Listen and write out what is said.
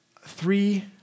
three